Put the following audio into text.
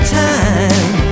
time